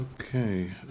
okay